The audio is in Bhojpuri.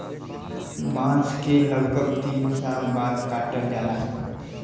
बांस के लगभग तीन साल बाद काटल जाला